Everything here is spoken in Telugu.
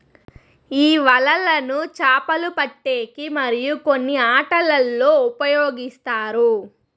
ఈ వలలను చాపలు పట్టేకి మరియు కొన్ని ఆటలల్లో ఉపయోగిస్తారు